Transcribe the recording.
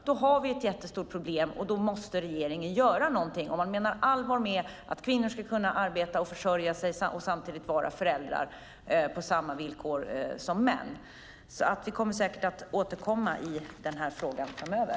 Därför har vi ett stort problem, och därför måste regeringen göra något om man menar allvar med att kvinnor ska kunna arbeta och försörja sig på samma villkor som män samtidigt som de är föräldrar. Vi återkommer säkert i den här frågan framöver.